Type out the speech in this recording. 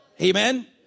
Amen